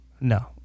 No